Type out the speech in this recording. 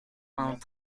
vingt